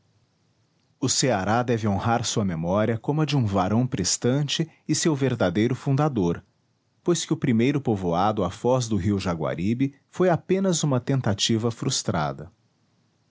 o ceará deve honrar sua memória como a de um varão prestante e seu verdadeiro fundador pois que o primeiro povoado à foz do rio jaguaribe foi apenas uma tentativa frustrada